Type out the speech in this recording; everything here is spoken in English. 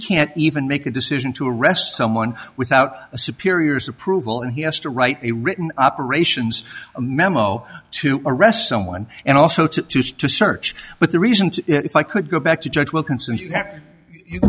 can't even make a decision to arrest someone without a superiors approval and he has to write a written operations a memo to arrest someone and also to to search but the reasons if i could go back to judge wilkinson is that